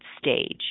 stage